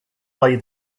play